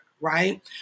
Right